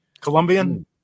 Colombian